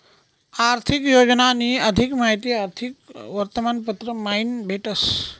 आर्थिक योजनानी अधिक माहिती आर्थिक वर्तमानपत्र मयीन भेटस